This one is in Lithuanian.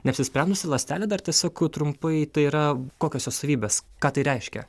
neapsisprendusi ląstelė dar tiesiog trumpai tai yra kokios jos savybės ką tai reiškia